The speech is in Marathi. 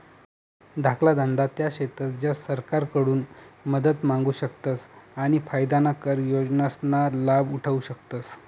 धाकला धंदा त्या शेतस ज्या सरकारकडून मदत मांगू शकतस आणि फायदाना कर योजनासना लाभ उठावु शकतस